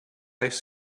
ice